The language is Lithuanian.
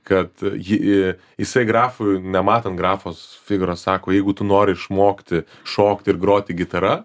kad ji jisai grafui nematant grafos figaro sako jeigu tu nori išmokti šokti ir groti gitara